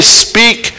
speak